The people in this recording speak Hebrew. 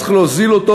צריך להוזיל אותו,